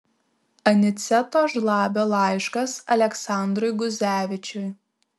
aniceto žlabio laiškas aleksandrui guzevičiui